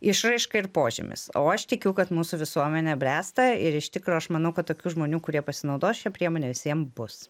išraiška ir požymis o aš tikiu kad mūsų visuomenė bręsta ir iš tikro aš manau kad tokių žmonių kurie pasinaudos šia priemone vis vien bus